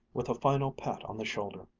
with a final pat on the shoulder.